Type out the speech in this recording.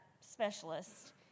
specialist